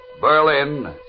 Berlin